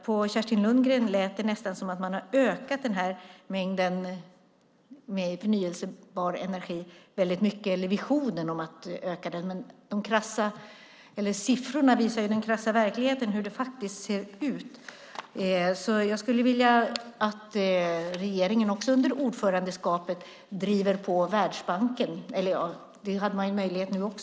På Kerstin Lundgren lät det nästan som att man har ökat mängden förnybar energi väldigt mycket, eller har visionen att öka den. Men siffrorna visar den krassa verkligheten och hur det faktiskt ser ut. Jag skulle vilja att regeringen under ordförandeskapet driver på Världsbanken. Det hade man också nu möjlighet att göra.